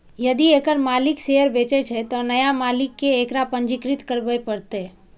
यदि एकर मालिक शेयर बेचै छै, तं नया मालिक कें एकरा पंजीकृत करबय पड़तैक